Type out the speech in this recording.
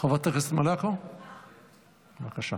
חברת הכנסת מלקו, בבקשה,